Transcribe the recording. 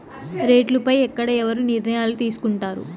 రేట్లు పై ఎక్కడ ఎవరు నిర్ణయాలు తీసుకొంటారు?